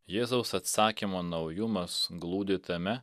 jėzaus atsakymo naujumas glūdi tame